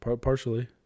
Partially